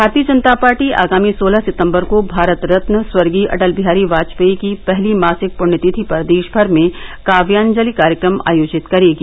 भारतीय जनता पार्टी आगामी सोलह सितम्बर को भारत रत्न स्वर्गीय अटल बिहारी वाजपेई की पहली मासिक पृण्य तिथि पर देषभर में काव्यांजलि कार्यक्रम आयोजित करेगी